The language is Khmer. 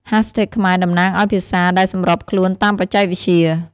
ហាស់ថេកខ្មែរតំណាងឱ្យភាសាដែលសម្របខ្លួនតាមបច្ចេកវិទ្យា។